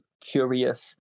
Curious